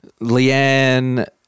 Leanne